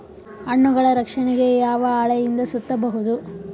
ಹಣ್ಣುಗಳ ರಕ್ಷಣೆಗೆ ಯಾವ ಹಾಳೆಯಿಂದ ಸುತ್ತಬಹುದು?